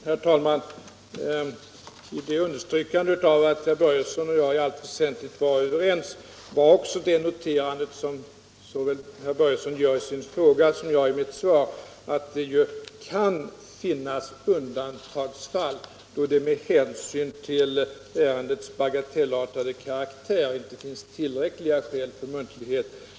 Herr talman! Ett understrykande av att herr Börjesson i Falköping och jag i allt väsentligt är överens var också det noterande som herr Börjesson gjort i sin fråga och som jag gjort i mitt svar, nämligen att det ju kan förekomma undantagsfall, då det med hänsyn till ärendets bagatellartade karaktär inte finns tillräckliga skäl för muntlighet.